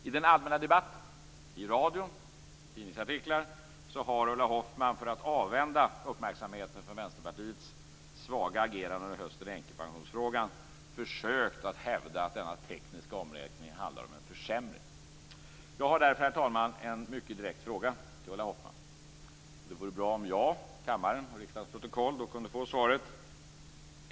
I den allmänna debatten, i radio och i tidningsartiklar, har Ulla Hoffmann för att avvända uppmärksamheten från Vänsterpartiets svaga agerande under hösten när det gäller änkepensionsfrågan försökt hävda att denna tekniska omräkning handlar om en försämring. Jag har därför, herr talman, en mycket direkt fråga till Ulla Hoffmann. Det vore bra om jag, kammaren och riksdagsprotokollet kunde få svaret.